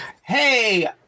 Hey